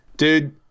Dude